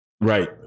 Right